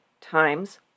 Times